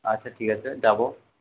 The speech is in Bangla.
আচ্ছা ঠিক আছে যাব